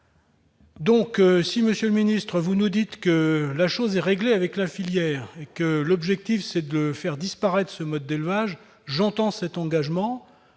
dites, monsieur le ministre, que la chose est réglée avec la filière et que l'objectif est de faire disparaître ce mode d'élevage, j'entends cet engagement.